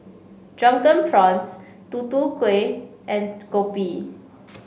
Drunken Prawns Tutu Keh and Kopi